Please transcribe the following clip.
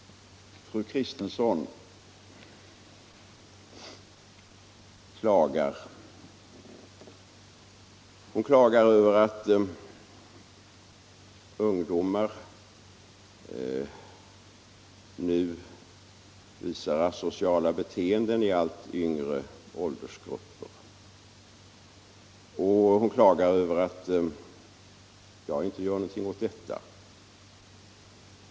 Fru Kristensson klagar. Hon klagar över att ungdomar nu visar asociala beteenden i allt yngre åldersgrupper. Hon klagar också över att jag inte gör någonting åt detta.